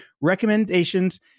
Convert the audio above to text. recommendations